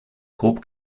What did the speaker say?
grob